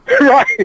Right